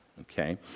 okay